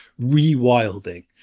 rewilding